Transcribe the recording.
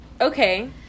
Okay